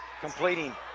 completing